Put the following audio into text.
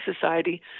Society